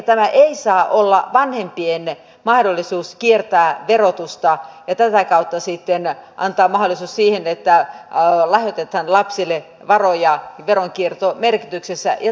tämä ei saa olla vanhempien mahdollisuus kiertää verotusta ja tätä kautta mahdollisuus siihen että lahjoitetaan lapsille varoja veronkiertomerkityksessä ja tarkoituksessa